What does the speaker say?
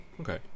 Okay